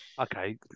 Okay